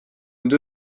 nous